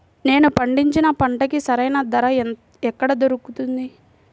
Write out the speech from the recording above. నేను పండించిన పంటకి సరైన ధర ఎక్కడ దొరుకుతుంది?